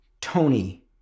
Tony